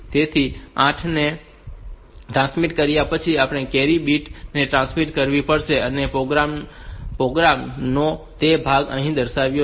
તેથી આ 8 ને ટ્રાન્સમિટ કર્યા પછી આપણે કેરી બિટ્સ ટ્રાન્સમિટ કરવી પડશે અને પ્રોગ્રામ નો તે ભાગ અહીં દર્શાવાયો નથી